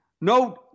No